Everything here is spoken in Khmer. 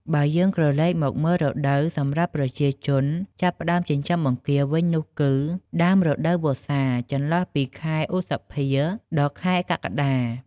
បើយើងក្រឡេកមកមើលរដូវសម្រាប់ប្រជាជនចាប់ផ្តើមចិញ្ចឹមបង្គាវិញនោះគឺ ដើមរដូវវស្សា ចន្លោះពីខែឧសភា ដល់ ខែកក្កដា។